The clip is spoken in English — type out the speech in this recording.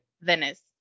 Venice